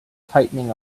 tightening